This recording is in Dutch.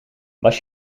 was